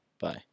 Bye